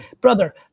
brother